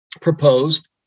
proposed